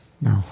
No